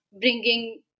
bringing